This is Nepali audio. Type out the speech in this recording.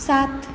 सात